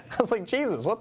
was like, jesus, what the?